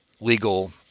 legal